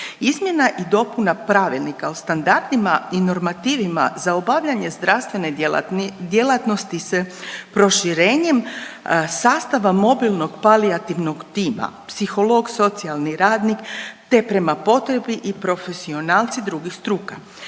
Izmjena i dopuna Pravilnika o standardima i normativima za obavljanje zdravstvene djelatnosti sa proširenjem sastava mobilnog palijativnog tima psiholog, socijalni radnik, te prema potrebi i profesionalci drugih struka.